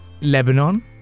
Lebanon